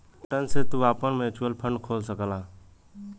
button से तू आपन म्युचुअल फ़ंड खोल सकला